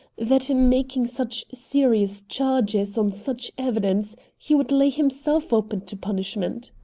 that in making such serious charges, on such evidence, he would lay himself open to punishment.